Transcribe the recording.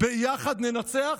ביחד ננצח?